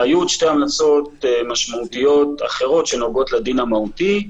היו עוד שתי המלצות משמעותיות אחרות שנוגעות לדין המהותי.